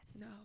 No